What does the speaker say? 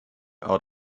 out